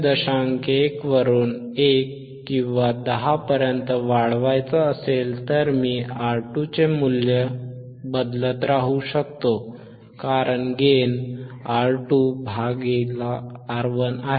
1 वरून 1 किंवा 10 पर्यंत वाढवायचा असेल तर मी R2 चे मूल्य बदलत राहू शकतो कारण गेन R2R1 आहे